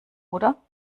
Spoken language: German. oder